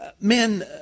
Men